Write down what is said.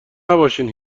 نباشین